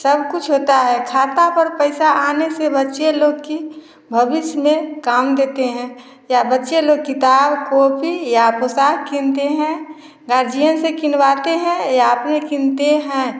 सब कुछ होता है खाता पर पैसा आने से बच्चे लोग की भविष्य में काम देते हैं या बच्चे लोग किताब कॉपी या पोषाक कीनते हैं गार्जियन भी किनवाते हैं या फ़िर कीनते हैं